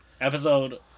Episode